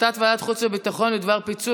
להצעת ועדת החוץ והביטחון בדבר פיצול